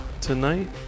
tonight